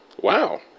Wow